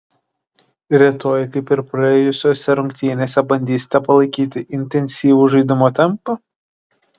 rytoj kaip ir praėjusiose rungtynėse bandysite palaikyti intensyvų žaidimo tempą